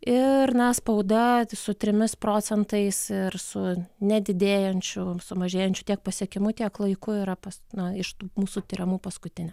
ir na spauda su trimis procentais ir su nedidėjančiu sumažėjančiu tiek pasiekimu tiek laiku yra pas na iš tų mūsų tiriamų paskutinė